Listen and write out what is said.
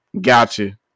gotcha